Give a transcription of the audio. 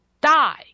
die